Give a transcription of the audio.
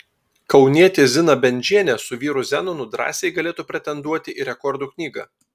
kaunietė zina bendžienė su vyru zenonu drąsiai galėtų pretenduoti į rekordų knygą